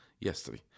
yesterday